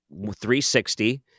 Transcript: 360